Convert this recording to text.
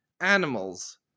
animals